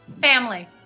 Family